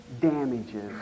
damages